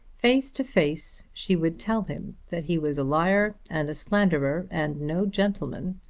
face to face she would tell him that he was a liar and a slanderer and no gentleman,